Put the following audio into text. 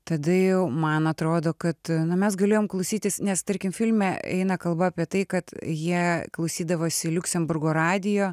tada jau man atrodo kad na mes galėjom klausytis nes tarkim filme eina kalba apie tai kad jie klausydavosi liuksemburgo radijo